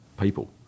people